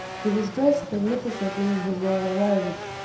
he was dressed magnificently in his royal robes,